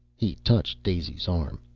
he touched daisy's arm.